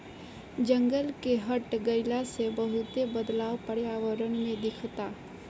जंगल के घट गइला से बहुते बदलाव पर्यावरण में दिखता